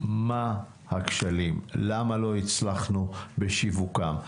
מה הכשלים, למה לא הצלחנו בשיווקם.